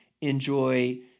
enjoy